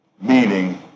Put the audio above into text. meaning